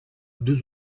deux